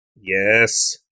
yes